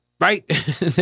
right